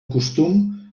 costum